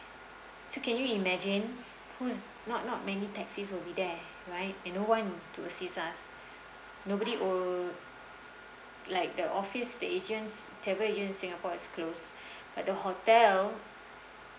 so can you imagine who's not not many taxis will be there right and no one to assist us nobody would like the office the agents travel agent singapore is closed and the hotel